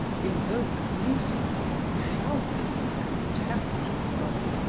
invoked lucifer, shouted his contempt of god,